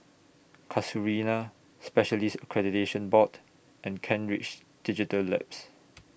Casuarina Specialists Accreditation Board and Kent Ridge Digital Labs